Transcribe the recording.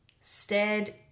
stared